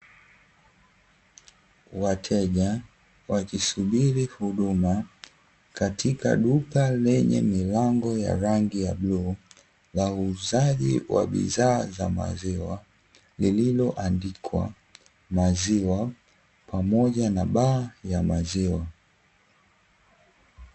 Wateja wakisubiri huduma, katika duka lenye milango ya rangi ya bluu la uuzaji wa bidhaa za maziwa, lililoandikwa maziwa pamoja na baa ya maziwa.